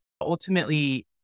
ultimately